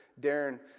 Darren